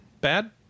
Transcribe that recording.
Bad